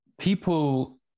people